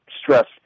stress